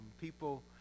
people